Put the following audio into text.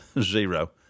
Zero